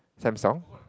Samsung